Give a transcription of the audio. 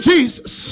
Jesus